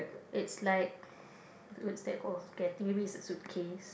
it's like okay I think maybe it's a suitcase